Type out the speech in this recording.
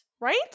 right